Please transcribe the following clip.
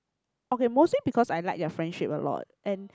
okay mostly because I like their friendship a lot and